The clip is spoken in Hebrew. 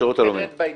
שירות לאומי.